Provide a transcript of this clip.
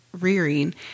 rearing